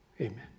amen